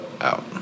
Out